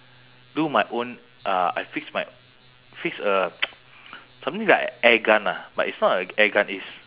do my own uh I fix my fix a something like air gun ah but it's not a air gun it's